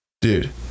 dude